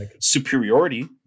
superiority